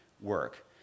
work